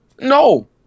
No